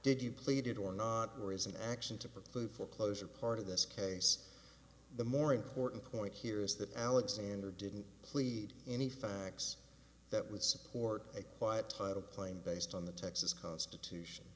it or not or is an action to preclude foreclosure part of this case the more important point here is that alexander didn't plead any facts that would support a quiet tired of playing based on the texas constitution